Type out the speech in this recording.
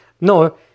No